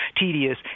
tedious